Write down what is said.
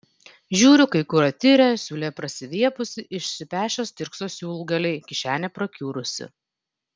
žiūriu kai kur atirę siūlė prasiviepusi išsipešę stirkso siūlgaliai kišenė prakiurusi